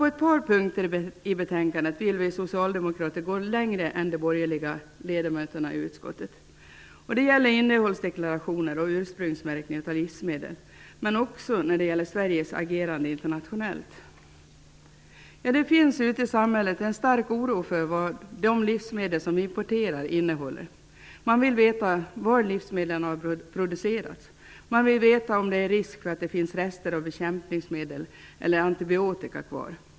På ett par punkter i betänkandet vill vi socialdemokrater gå längre än de borgerliga ledamöterna i utskottet. Det gäller innehållsdeklarationer och ursprungsmärkning av livsmedel, men också Sveriges agerande internationellt. Det finns ute i samhället en stark oro för vad de livsmedel som vi importerar innehåller. Man vill veta var livsmedlen har producerats. Man vill veta om det är risk för att det finns rester av bekämpningsmedel eller antibiotika kvar.